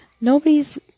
nobody's